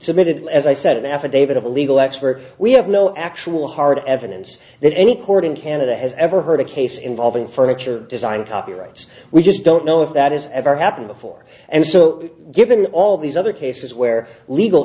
submitted as i said an affidavit of a legal expert we have no actual hard evidence that any court in canada has ever heard a case involving furniture design copyrights we just don't know if that is ever happened before and so given all these other cases where legal